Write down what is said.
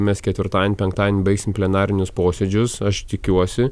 mes ketvirtadienį penktadienį baigsim plenarinius posėdžius aš tikiuosi